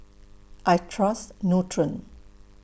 I Trust Nutren